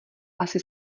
asi